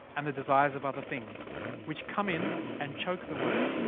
and the desires of other things which come in and choke the word.